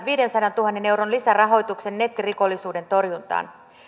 viidensadantuhannen euron lisärahoituksen nettirikollisuuden torjuntaan